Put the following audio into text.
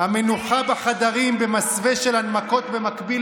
המנוחה בחדרים במסווה של הנמקות במקביל